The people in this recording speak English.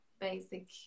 basic